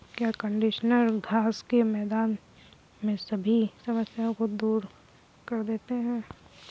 क्या कंडीशनर घास के मैदान में सभी समस्याओं को दूर कर देते हैं?